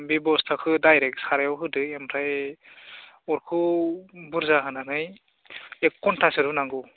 बे बस्थाखौ दाइरेक्ट साराइयाव होदो ओमफ्राय अरखौ बुरजा होनानै एक घन्टासो रुनांगौ